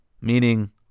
Meaning